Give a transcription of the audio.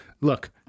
look